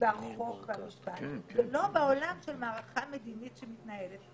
והחוק והמשפט, ולא בעולם של מערכה מדינית שמתנהלת.